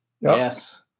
Yes